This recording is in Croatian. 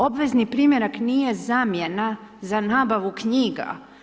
Obvezni primjerak nije zamjena za nabavu knjiga.